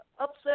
upset